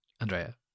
Andrea